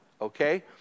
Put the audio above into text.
okay